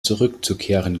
zurückzukehren